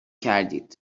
کردید